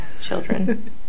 children